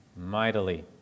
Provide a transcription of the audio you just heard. Mightily